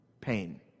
Pain